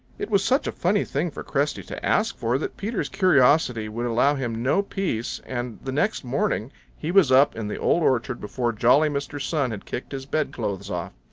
it was such a funny thing for cresty to ask for that peter's curiosity would allow him no peace, and the next morning he was up in the old orchard before jolly mr. sun had kicked his bedclothes off.